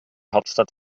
hauptstadt